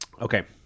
Okay